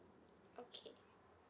okay